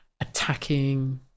attacking